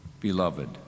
Beloved